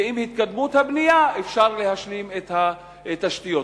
ועם התקדמות הבנייה אפשר להשלים את התשתיות.